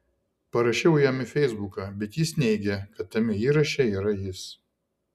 parašiau jam į feisbuką bet jis neigė kad tame įraše yra jis